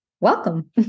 Welcome